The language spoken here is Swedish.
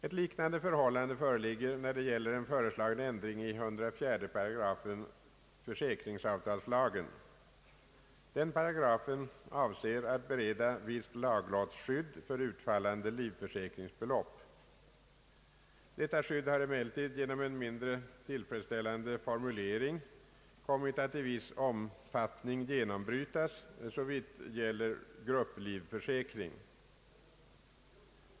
Ett liknande förhållande föreligger när det gäller en föreslagen ändring av 104 8 försäkringsavtalslagen. Denna paragraf avser att bereda visst laglottsskydd för utfallande livförsäkringsbelopp. Detta skydd har emellertid genom en mindre tillfredsställande formulering kommit att i viss omfattning genombrytas såvitt gäller grupplivförsäkring.